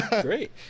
Great